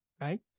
right